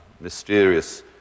Mysterious